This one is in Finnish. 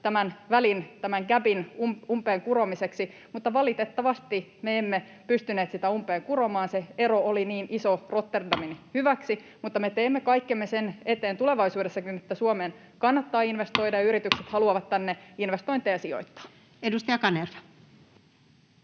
tämän välin, tämän gäpin umpeen kuromiseksi, mutta valitettavasti me emme pystyneet sitä umpeen kuromaan. Se ero oli niin iso Rotterdamin hyväksi. Mutta me teemme kaikkemme sen eteen tulevaisuudessakin, että Suomeen kannattaa investoida ja että yritykset haluavat tänne investointeja sijoittaa. [Speech